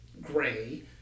gray